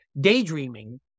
daydreaming